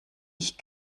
ich